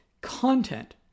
content